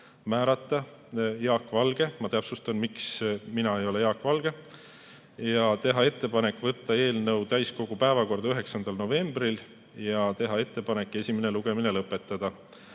Jaak Valge – ma [kohe] täpsustan, miks mina ei ole Jaak Valge –, teha ettepanek võtta eelnõu täiskogu päevakorda 9. novembriks ja teha ettepanek esimene lugemine lõpetada.